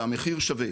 והמחיר שווה.